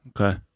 Okay